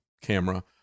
camera